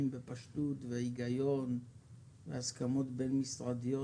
בפשטות והיגיון והסכמות בין משרדיות,